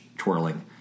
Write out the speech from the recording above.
twirling